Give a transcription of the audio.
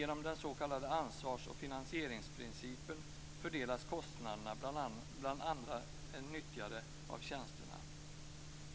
Genom den s.k. ansvars och finansieringsprincipen fördelas kostnaderna bland andra nyttjare av tjänsterna.